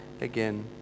again